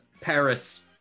Paris